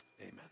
Amen